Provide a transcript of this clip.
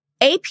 AP